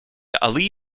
ali